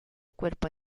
cuerpo